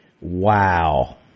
Wow